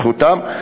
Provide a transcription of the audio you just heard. זכותם.